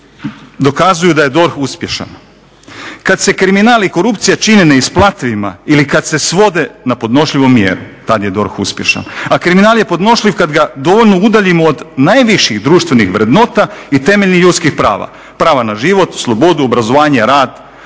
kad se kriminal i korupcija čine neisplativima ili kad se svode na podnošljivu mjeru. Tad je DORH uspješan, a kriminal je podnošljiv kad ga dovoljno udaljimo od najviših društvenih vrednota i temeljnih ljudskih prava, prava na život, slobodu, obrazovanje, rad,